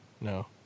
no